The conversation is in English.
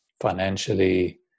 financially